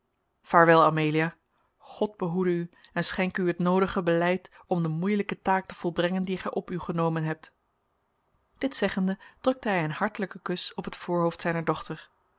vaarwel amelia god behoede u en schenke u het noodige beleid om de moeilijke taak te volbrengen die gij op u genomen hebt dit zeggende drukte hij een hartelijken kus op t voorhoofd zijner dochter